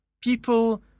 people